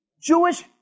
Jewish